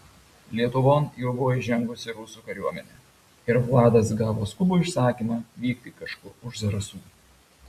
lietuvon jau buvo įžengusi rusų kariuomenė ir vladas gavo skubų įsakymą vykti kažkur už zarasų